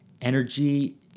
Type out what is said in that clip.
energy